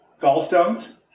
gallstones